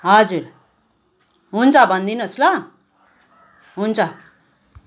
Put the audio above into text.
हजुर हुन्छ भनिदिनुहोस् ल हुन्छ